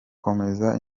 komeza